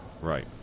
Right